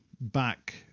back